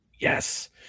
yes